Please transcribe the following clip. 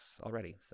already